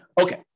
Okay